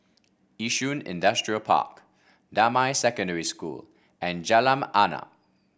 Yishun Industrial Park Damai Secondary School and Jalan Arnap